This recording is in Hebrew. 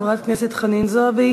חברת הכנסת חנין זועבי